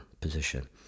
position